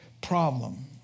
problem